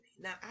now